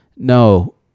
no